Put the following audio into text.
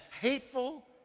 hateful